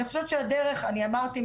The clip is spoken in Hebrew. אני אמרתי,